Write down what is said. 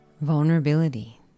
Vulnerability